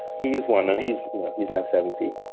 he is one, and he's he's now seventy.